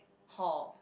hall